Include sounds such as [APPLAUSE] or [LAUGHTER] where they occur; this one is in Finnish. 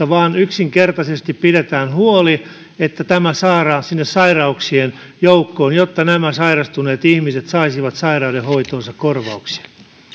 [UNINTELLIGIBLE] vaan yksinkertaisesti pidetään huoli siitä että tämä saadaan sinne sairauksien joukkoon jotta sairastuneet ihmiset saisivat sairautensa hoitoon korvauksia